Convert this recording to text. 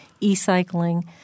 e-cycling